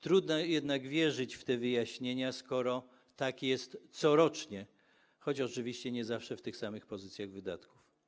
Trudno jednak wierzyć w te wyjaśnienia, skoro tak jest corocznie, choć oczywiście nie zawsze w tych samych pozycjach wydatków.